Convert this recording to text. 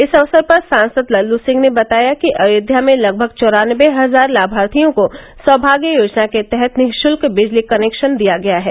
इस अवसर पर सांसद लल्लू सिंह ने बताया कि अयोध्या में लगभग चौरानबे हजार लामार्थियों को सौमाग्य योजना के तहत निशुल्क बिजली कनेक्शन दिया गया है